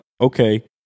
Okay